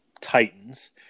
Titans